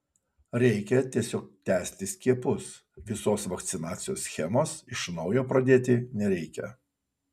reikia tiesiog tęsti skiepus visos vakcinacijos schemos iš naujo pradėti nereikia